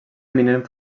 eminent